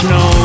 no